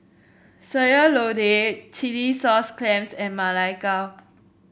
Sayur Lodeh Chilli Sauce Clams and Ma Lai Gao